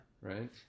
right